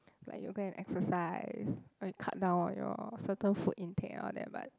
like you'll go and exercise or you cut down on your certain food intake and all that but